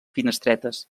finestretes